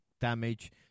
damage